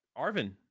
Arvin